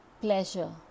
pleasure